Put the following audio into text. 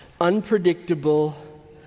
unpredictable